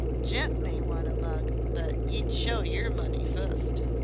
gent may want a mug, but y'd show yer money fust.